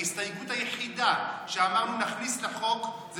ההסתייגות היחידה שאמרנו שנכניס לחוק היא